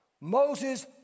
Moses